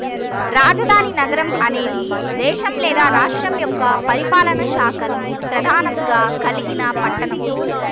రాజధాని నగరం అనేది దేశం లేదా రాష్ట్రం యొక్క పరిపాలనా శాఖల్ని ప్రధానంగా కలిగిన పట్టణం